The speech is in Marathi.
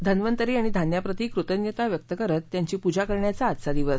धन्वंतरी आणि धान्याप्रती कृतज्ञता व्यक्त करत त्यांची पूजा करण्याचा आजचा दिवस